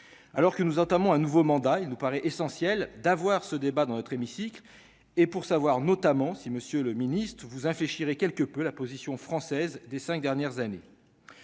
alors que nous entamons un nouveau mandat, il nous paraît essentiel d'avoir ce débat dans notre hémicycle et pour savoir notamment si Monsieur le Ministre vous infléchirait quelque peu la position française des 5 dernières années,